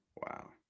Wow